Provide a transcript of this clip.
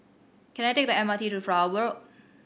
can I take the M R T to Flower Road